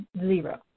zero